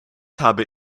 habe